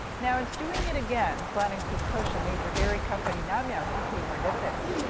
now it's doing it again planning to push a major dairy company, namyang, to pay more dividends.